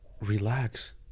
Relax